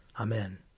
Amen